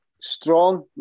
strong